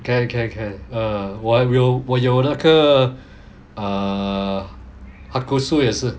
can can can uh 我有我有那个 err hakushu 也是